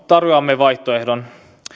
tarjoamme vaihtoehdon